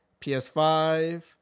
PS5